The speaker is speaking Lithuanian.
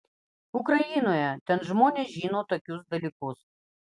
ukrainoje ten žmonės žino tokius dalykus